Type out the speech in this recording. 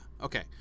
okay